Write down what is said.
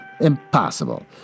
impossible